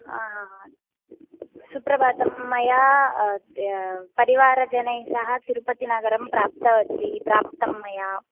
आ हा हा सुप्रभातं मया परिवारजनैस्सह तिरुपतिनगरं प्राप्तवती प्राप्तं मया